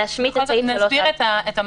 להשמיט את סעיף 3א1. אנחנו נסדיר את המצב